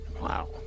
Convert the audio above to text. Wow